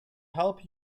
help